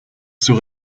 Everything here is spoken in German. zur